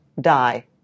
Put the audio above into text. die